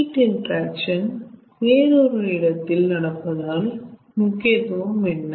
heat interaction வேறொரு இடத்தில் நடப்பதன் முக்கியத்துவம் என்ன